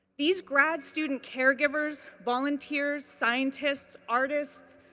these grad student caregivers, volunteers, scientists, artists,